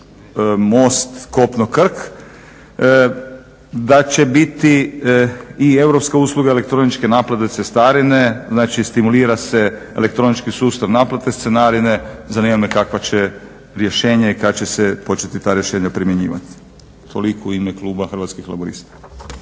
most kopno-Krk da će biti i europska usluga elektroničke naplate cestarine. Znači, stimulira se elektronički sustav naplate cestarine. Zanima me kakva će rješenja i kad će se početi ta rješenja primjenjivati. Toliko u ime kluba Hrvatskih laburista.